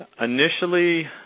Initially